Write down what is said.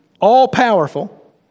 all-powerful